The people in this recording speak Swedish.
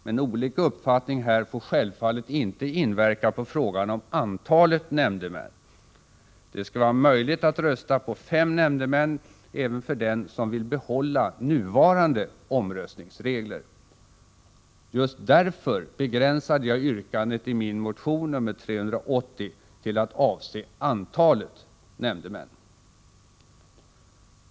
Men olika uppfattningar här får självfallet inte inverka på frågan om antalet nämndemän. Det skall vara möjligt att rösta på fem nämndemän även för den som vill behålla nuvarande omröstningsregler. Just därför begränsade jag yrkandet i min motion 380 till att avse antalet nämndemän.